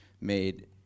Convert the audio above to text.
made